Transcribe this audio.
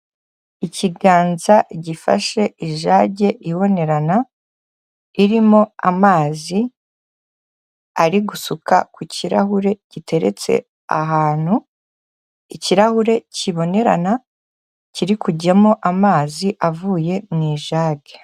Ikiganza gifashe ijage ibonerana, irimo amazi ari gusuka ku kirahure giteretse ahantu, ikirahure kibonerana, kiri kujyamo amazi avuye mu ijage.